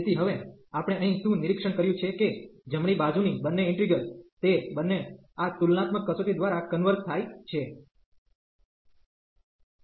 તેથી હવે આપણે અહીં શું નિરીક્ષણ કર્યું છે કે જમણી બાજુની બંને ઇન્ટિગ્રેલ્સ તે બંને આ તુલનાત્મક કસોટી દ્વારા કન્વર્ઝ થાય છે